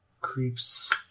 creeps